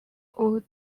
would